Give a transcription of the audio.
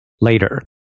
later